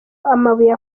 amabuye